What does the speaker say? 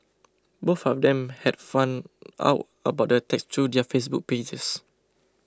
both of them had found out about the attacks through their Facebook pages